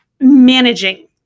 managing